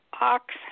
ox